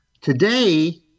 Today